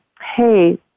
hey